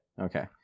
Okay